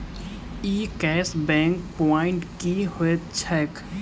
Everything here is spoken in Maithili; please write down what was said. ई कैश बैक प्वांइट की होइत छैक?